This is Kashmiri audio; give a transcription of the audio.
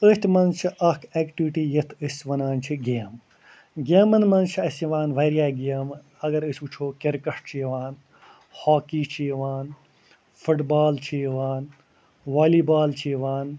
أتھۍ منٛز چھِ اَکھ اٮ۪کٹِوِٹی یَتھ أسۍ وَنان چھِ گیم گیمَن منٛز چھِ اَسہِ یِوان واریاہ گیمہٕ اَگر أسۍ وٕچھو کِرکَٹ چھُ یِوان ہاکی چھُ یِوان فُٹ بال چھِ یِوان والی بال چھِ یِوان